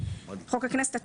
"חוק הכנסת" חוק הכנסת,